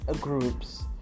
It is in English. groups